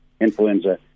influenza